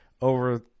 over